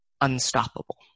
unstoppable